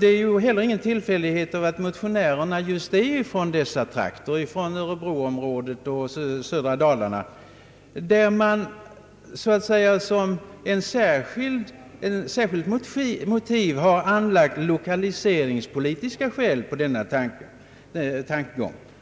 Det är heller ingen tillfällighet att motionärerna är just från dessa trakter — örebroom rådet och södra Dalarna — och att de som ett särskilt motiv anför lokaliseringspolitiska skäl.